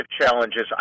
challenges